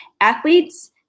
Athletes